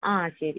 ആ ശരി